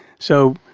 so